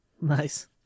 Nice